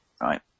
right